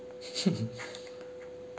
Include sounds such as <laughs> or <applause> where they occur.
<laughs>